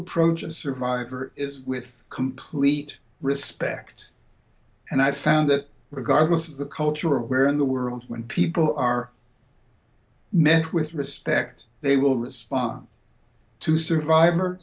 approach a survivor is with complete respect and i found that regardless of the cultural where in the world when people are men with respect they will respond to surviv